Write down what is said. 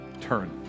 Turn